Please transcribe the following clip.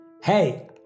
Hey